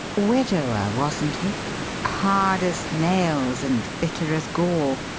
widower, wasn't he hard as nails and bitter as gall.